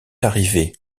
arrivé